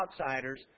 outsiders